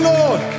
Lord